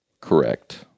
Correct